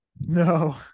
No